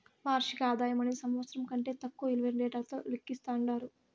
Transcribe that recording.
వార్షిక ఆదాయమనేది సంవత్సరం కంటే తక్కువ ఇలువైన డేటాతో లెక్కిస్తండారు